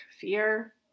fear